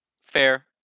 fair